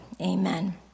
amen